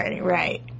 Right